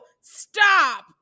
stop